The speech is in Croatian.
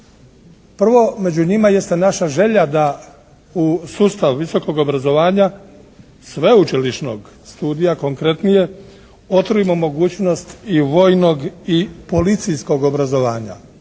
Prvo među njima jeste naša želja da u sustav visokog obrazovanja sveučilišnog studija, konkretnije otvorimo mogućnost i vojnog i policijskog obrazovanja.